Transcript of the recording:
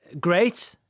great